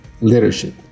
leadership